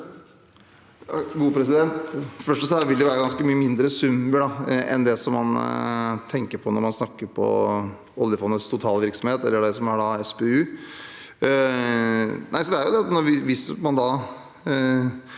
det første vil det være ganske mye mindre summer enn det man tenker på når man snakker om oljefondets totale virksomhet, eller det som er SPU.